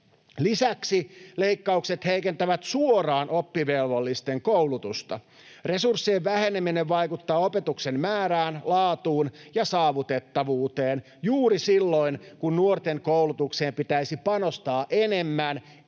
Lisäksi leikkaukset heikentävät suoraan oppivelvollisten koulutusta. Resurssien väheneminen vaikuttaa opetuksen määrään, laatuun ja saavutettavuuteen juuri silloin, kun nuorten koulutukseen pitäisi panostaa enemmän,